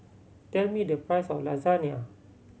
tell me the price of Lasagna